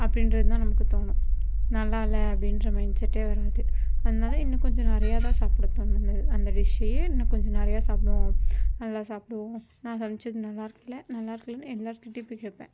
அப்படின்றதுதான் நமக்கு தோணும் நல்லா இல்லை அப்படின்ற மைண்ட்செட் வராது அதனால் இன்னும் கொஞ்சம் நிறையா தான் சாப்பிட தோணும் அந்த அந்த டிஷ்ஷையே இன்னும் கொஞ்சம் நிறையா சாப்பிடுவோம் நல்லா சாப்பிபுடுவோம் நான் சமைத்தது நல்லாயிருக்குல்ல நல்லாயிருக்குல்லனு எல்லோர்கிட்டையும் போய் கேட்பேன்